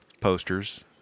posters